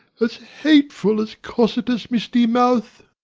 as hateful as cocytus' misty mouth.